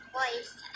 voice